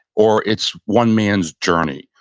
or it's one man's journey.